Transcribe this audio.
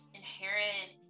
inherent